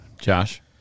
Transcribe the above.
Josh